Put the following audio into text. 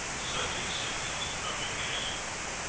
such a census, coming, as it would,